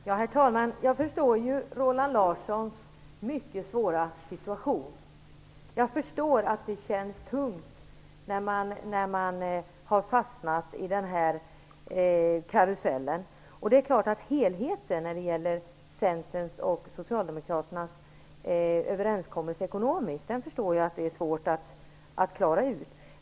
Herr talman! Jag förstår Roland Larssons mycket svåra situation. Jag förstår att det känns tungt när man har fastnat i den här karusellen. Jag förstår att det är svårt att klara helheten när det gäller Centerns och Socialdemokraternas ekonomiska överenskommelse.